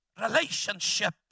relationship